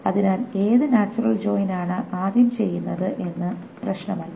അതിനാൽ ഏത് natural join ആണ് ആദ്യം ചെയ്യുന്നത് എന്നത് പ്രശ്നമല്ല